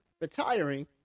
retiring